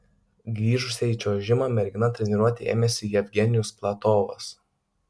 grįžusią į čiuožimą merginą treniruoti ėmėsi jevgenijus platovas